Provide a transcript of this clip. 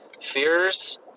fears